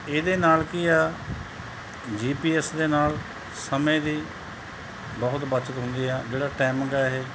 ਇਹਦੇ ਨਾਲ ਕੀ ਆ ਜੀ ਪੀ ਐੱਸ ਦੇ ਨਾਲ ਸਮੇਂ ਦੀ ਬਹੁਤ ਬੱਚਤ ਹੁੰਦੀ ਹੈ ਜਿਹੜਾ ਟੈਮ ਹੈਗਾ ਇਹ